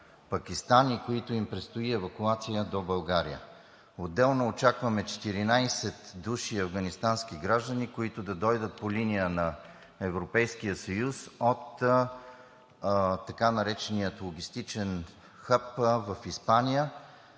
Пакистан и на които им предстои евакуация до България. Отделно очакваме – 14 души афганистански граждани, които да дойдат по линия на Европейския съюз от така наречения логистичен хъб в Испания.